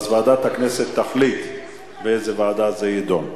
אז ועדת הכנסת תחליט באיזו ועדה זה יידון.